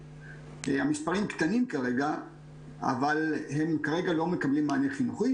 המספרים קטנים כרגע אבל הם כרגע לא מקבלים מענה חינוכי.